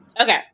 Okay